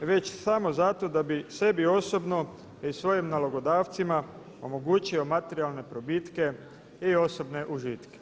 već samo zato da bi sebi osobno i svojim nalogodavcima omogućio materijalne probitke i osobne užitke.